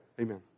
Amen